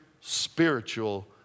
spiritual